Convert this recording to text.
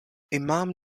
imam